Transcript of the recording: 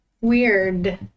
Weird